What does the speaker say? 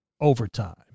overtime